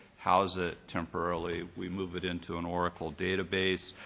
house it temporarily. we move it into an oracle database.